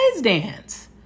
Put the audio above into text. dance